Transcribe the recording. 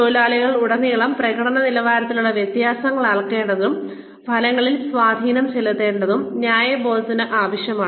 തൊഴിലാളികളിലുടനീളം പ്രകടന നിലവാരത്തിലുള്ള വ്യത്യാസങ്ങൾ അളക്കേണ്ടതും ഫലങ്ങളിൽ സ്വാധീനം ചെലുത്തേണ്ടതും ന്യായബോധത്തിന് ആവശ്യമാണ്